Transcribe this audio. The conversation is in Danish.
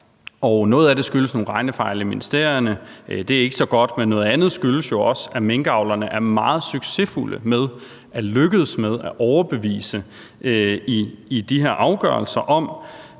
og noget af det skyldes nogle regnefejl i ministerierne, og det er ikke så godt. Men noget andet skyldes jo også, at minkavlerne i forbindelse med de her afgørelser har